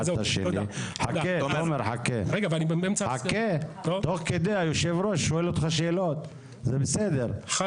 אלא באמצעות מדבקה